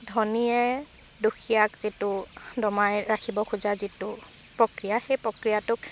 ধনীয়ে দুখীয়াক যিটো দমাই ৰাখিব খোজা যিটো প্ৰক্ৰিয়া সেই প্ৰক্ৰিয়াটোক